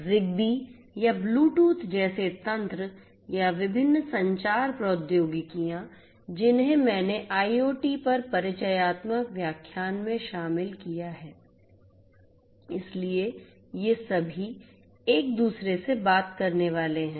ZigBee या Bluetooth जैसे तंत्र या विभिन्न संचार प्रौद्योगिकियां जिन्हें मैंने IoT पर परिचयात्मक व्याख्यान में शामिल किया है इसलिए ये सभी एक दूसरे से बात करने वाले हैं